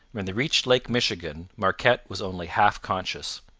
when they reached lake michigan marquette was only half conscious.